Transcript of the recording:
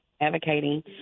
advocating